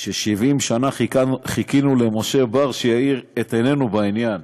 ש-70 שנה חיכינו למשה בר שיאיר את עינינו בעניין.